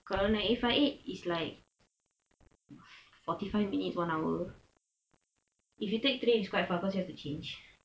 kalau naik eight five eight is like forty five minutes one hour if you take three eight five of course you have to change